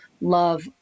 love